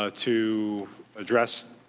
ah to address